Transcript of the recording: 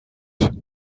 nimmt